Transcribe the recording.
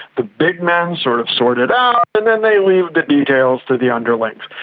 the big men sort of sort it out and then they leave the details to the underlings.